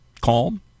calm